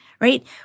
right